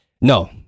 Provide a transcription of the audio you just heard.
No